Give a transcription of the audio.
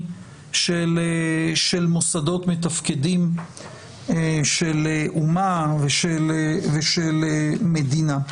של מוסדות מתפקדים של אומה ושל מדינה.